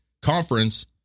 conference